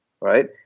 right